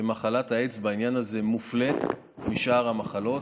בעניין הזה שמחלת האיידס מופלית משאר המחלות.